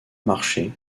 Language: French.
marché